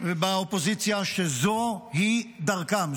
באופוזיציה שזו היא דרכם,